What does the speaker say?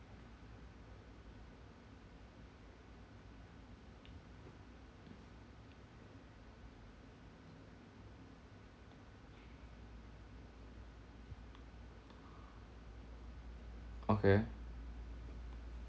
okay